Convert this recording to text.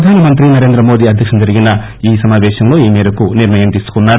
ప్రధానమంత్రి నరేంద్ర మోదీ అధ్యక్షతన జరిగిన ఈ సమాపేశంలో ఈ మేరకు నిర్ణయం తీసుకున్నారు